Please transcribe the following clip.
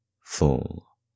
full